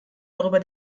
darüber